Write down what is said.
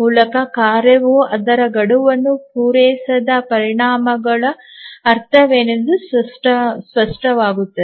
ಮೂಲಕ ಕಾರ್ಯವು ಅದರ ಗಡುವನ್ನು ಪೂರೈಸದ ಪರಿಣಾಮಗಳ ಅರ್ಥವೇನೆಂದು ಸ್ಪಷ್ಟವಾಗುತ್ತದೆ